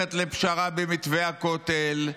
שהולכת לפשרה במתווה הכותל,